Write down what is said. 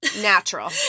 natural